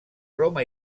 roma